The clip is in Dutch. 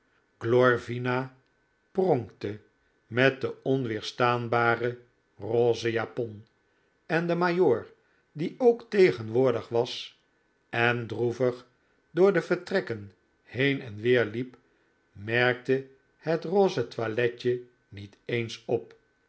glorvina pronkte met de onweerstaanbare rose japon en de majoor die ook tegenwoordig was en droevig door de vertrekken heen en weer liep merkte het rose toiletje niet eens op